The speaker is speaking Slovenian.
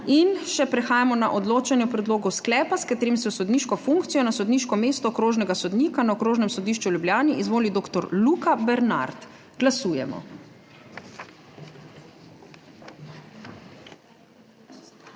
Prehajamo na odločanje o predlogu sklepa, s katerim se v sodniško funkcijo na sodniško mesto okrožne sodnice na Okrožnem sodišču v Ljubljani izvoli Jasmina Ivančič. Glasujemo.